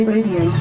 Radio